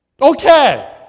Okay